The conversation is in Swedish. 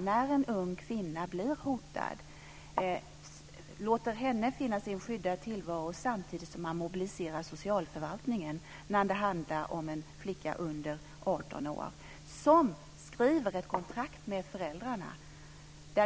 När en ung kvinna blir hotad låter man henne där finna en skyddad tillvaro samtidigt som man mobiliserar socialförvaltningen när det handlar om en flicka under 18 Man skriver ett kontrakt med föräldrarna